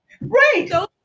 right